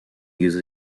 use